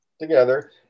together